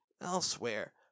elsewhere